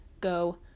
go